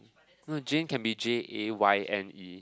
no Jayne can be J A Y N E